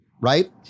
right